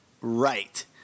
right